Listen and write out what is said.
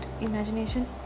imagination